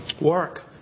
Work